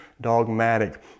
dogmatic